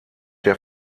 der